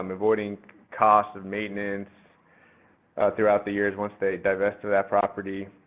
um avoiding cost of maintenance throughout the years once they divest of that property.